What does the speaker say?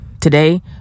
Today